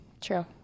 True